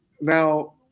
now